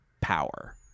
power